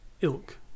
ilk